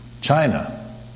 China